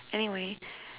anyway